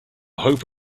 hope